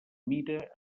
mira